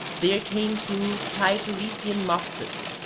there came too titaresian mopsus,